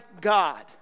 God